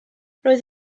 roedd